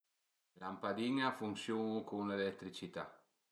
Le lampadin-e a funsiunu cun l'eletricità